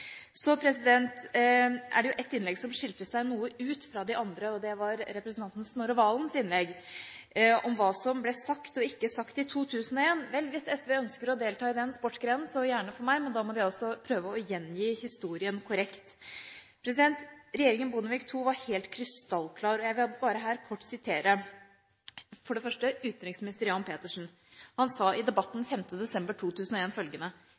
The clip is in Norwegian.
innlegg som skilte seg noe ut fra de andre, og det var representanten Snorre Serigstad Valens innlegg, om hva som ble sagt og ikke sagt i 2001. Vel, hvis SV ønsker å delta i den sportsgrenen, så gjerne for meg, men da må de altså prøve å gjengi historien korrekt. Regjeringen Bondevik II var helt krystallklar – og jeg vil bare her kort sitere, for det første utenriksminister Jan Petersen. Han sa i debatten 5. desember 2001 følgende: